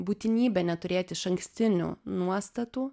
būtinybę neturėti išankstinių nuostatų